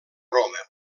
roma